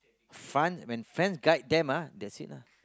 fun when friends guide them ah that it lah